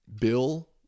Bill